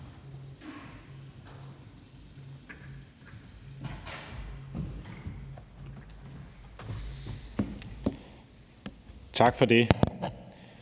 Tak for det.